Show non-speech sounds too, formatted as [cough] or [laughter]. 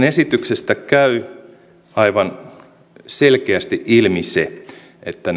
[unintelligible] esityksestä käy aivan selkeästi ilmi se että [unintelligible]